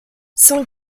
son